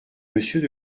monsieur